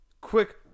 quick